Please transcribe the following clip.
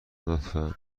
لطفا